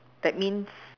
that means